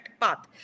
path